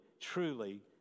truly